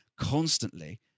Constantly